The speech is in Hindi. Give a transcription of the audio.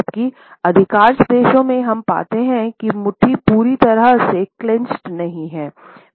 जबकि अधिकांश देशों में हम पाते हैं कि मुट्ठी पूरी तरह से क्लेन्चेड नहीं है